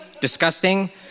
disgusting